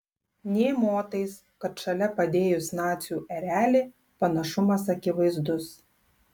nė motais kad šalia padėjus nacių erelį panašumas akivaizdus